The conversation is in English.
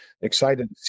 excited